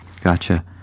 gotcha